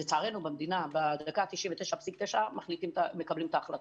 לצערנו, במדינה, בדקה 99.9 מקבלים את החלטות.